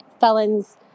felons